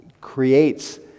creates